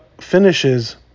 finishes